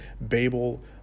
Babel